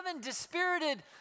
dispirited